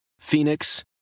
Phoenix